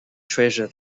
treasure